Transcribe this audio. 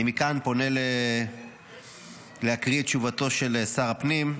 אני מכאן פונה להקריא את תשובתו של שר הפנים,